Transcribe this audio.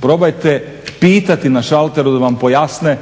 probajte pitati na šalteru da vam pojasne,